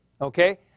Okay